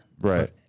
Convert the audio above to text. Right